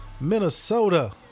minnesota